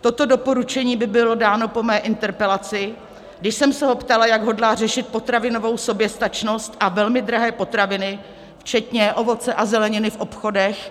Toto doporučení bylo dáno po mé interpelaci, když jsem se ho ptala, jak hodlá řešit potravinovou soběstačnost a velmi drahé potraviny včetně ovoce a zeleniny v obchodech.